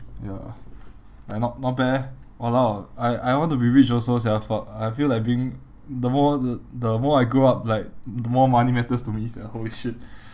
ya like not not bad eh !walao! I I want to be rich also sia fuck I feel like being the more the more I grow up like the more money matters to me sia holy shit